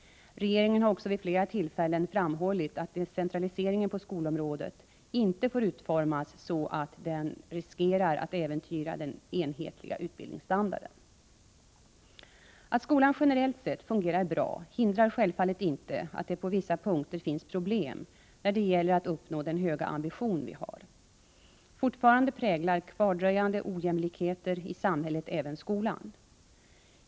Regeringen har också vid flera tillfällen framhållit att decentraliseringen på skolområdet inte får utformas så att den riskerar att äventyra den enhetliga utbildningsstandarden. Att skolan generellt sett fungerar bra hindrar självfallet inte att det på vissa punkter finns problem när det gäller att uppnå den höga ambition vi har. Fortfarande präglar kvardröjande ojämlikheter i samhället även skolan.